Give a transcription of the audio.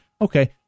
Okay